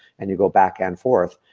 and you go back and forth,